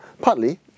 partly